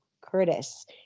Curtis